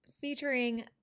featuring